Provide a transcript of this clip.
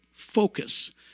focus